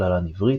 בכללן עברית,